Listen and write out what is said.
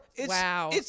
Wow